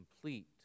complete